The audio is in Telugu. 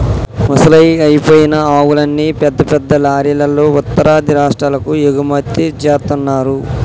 ముసలయ్యి అయిపోయిన ఆవుల్ని పెద్ద పెద్ద లారీలల్లో ఉత్తరాది రాష్టాలకు ఎగుమతి జేత్తన్నరు